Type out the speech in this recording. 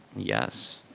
yes.